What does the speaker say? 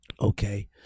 Okay